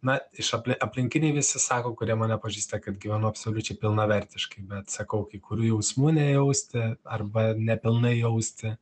na iš aplink aplinkiniai visi sako kurie mane pažįsta kad gyvenu absoliučiai pilnavertiškai bet sakau kai kurių jausmų nejausti arba nepilnai jausti